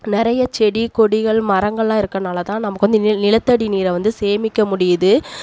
நிறைய செடி கொடிகள் மரங்கள்லாம் இருக்கறனால்தான் நமக்கு வந்து நிலத்தடி நீரை வந்து சேமிக்க முடியுது